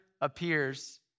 appears